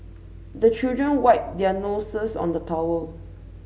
the children wipe their noses on the towel